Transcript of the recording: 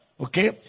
Okay